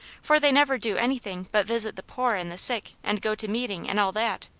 for they never do anything but visit the poor and the sick, and go to meeting, and all that.